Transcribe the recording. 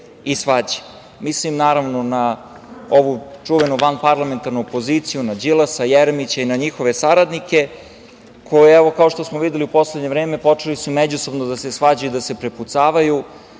Mislim, naravno, na ovu čuvenu vanparlamentarnu opoziciju, na Đilasa, Jeremića i na njihove saradnike, koji, evo, kao što smo videli, u poslednje vreme počeli su međusobno da se svađaju i da se prepucavaju,